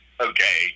okay